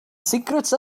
secrets